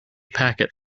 packet